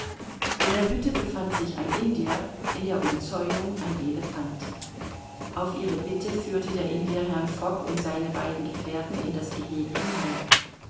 in der hütte befand sich ein indier in der umzäunung ein elephant auf ihre bitte führte der indier herrn fogg und seine beiden gefährten in das gehege hinein